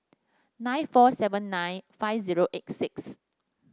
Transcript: nine four seven nine five zero eight six